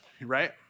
right